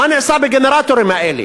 מה נעשה עם הגנרטורים האלה?